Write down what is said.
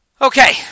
Okay